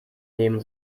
nehmen